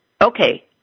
Okay